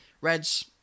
Reds